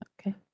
Okay